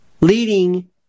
leading